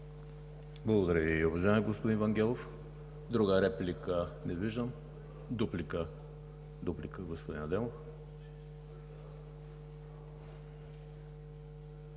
Благодаря Ви, уважаеми господин Вангелов. Друга реплика – не виждам. Дуплика, господин Адемов.